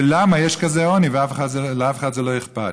ולמה יש כזה עוני ולאף אחד זה לא אכפת.